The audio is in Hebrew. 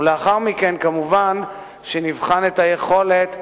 ולאחר מכן כמובן נבחן את היכולת,